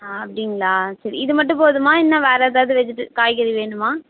ஆ அப்படிங்ளா சரி இது மட்டும் போதுமா இன்னும் வேற எதாவது வெஜிட காய்கறி வேணுமா